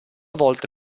volta